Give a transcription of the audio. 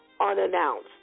unannounced